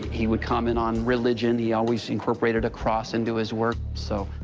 he would comment on religion. he always incorporated a cross into his work, so